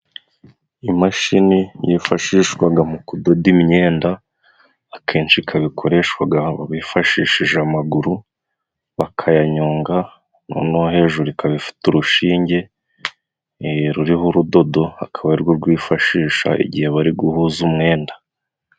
Imashini yifashishwaga mu kudoda imyenda akenshi ikaba ikoreshwaga bifashishije amaguru , bakayanyonga noneho hejuru ikaba ifite urushinge ruriho urudodo, akaba ari rwo rwifashisha igihe bari guhuza umwenda.